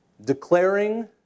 Declaring